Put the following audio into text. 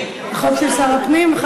זה חוק של שר הפנים.